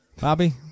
Bobby